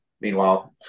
Meanwhile